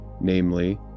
namely